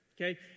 okay